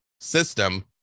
system